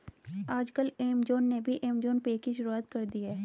आजकल ऐमज़ान ने भी ऐमज़ान पे की शुरूआत कर दी है